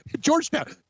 georgetown